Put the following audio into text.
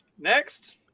Next